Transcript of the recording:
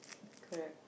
correct